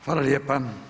Hvala lijepa.